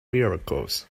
miracles